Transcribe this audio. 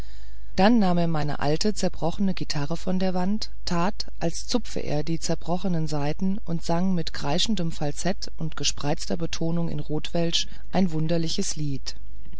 dann nahm er meine alte zerbrochene gitarre von der wand tat als zupfe er die zerbrochenen saiten und sang mit kreischendem falsett und gespreizter betonung in rotwelsch ein wunderliches lied